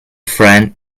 friend